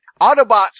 Autobots